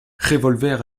revolver